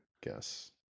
guess